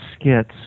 skits